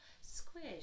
squish